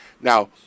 Now